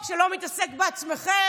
תעני.